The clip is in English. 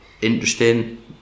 Interesting